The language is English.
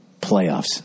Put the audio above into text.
playoffs